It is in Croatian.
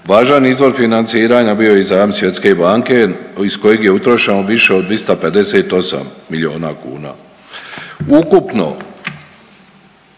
Važan izvor financiranja bio je i zajam Svjetske banke iz kojeg je utrošeno više od 258 milijuna kuna. Ukupno